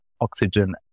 oxygen